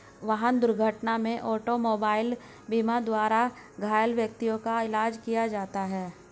वाहन दुर्घटना में ऑटोमोबाइल बीमा द्वारा घायल व्यक्तियों का इलाज किया जाता है